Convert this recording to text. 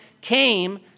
came